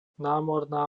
námorná